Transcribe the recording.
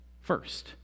first